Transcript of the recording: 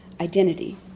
identity